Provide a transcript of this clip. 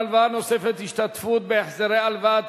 הלוואה נוספת והשתתפות בהחזרי הלוואה),